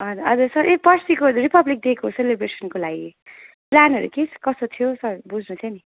हजुर सर यो पर्सिको रिपब्लिक डेको सेलेब्रेसनको लागि प्लानहरू के कस्तो थियो सर बुझ्नु थियो नि